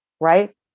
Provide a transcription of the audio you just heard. right